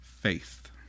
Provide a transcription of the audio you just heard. Faith